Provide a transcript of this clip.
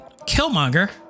Killmonger